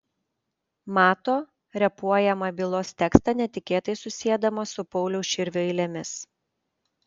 mato repuojamą bylos tekstą netikėtai susiedamas su pauliaus širvio eilėmis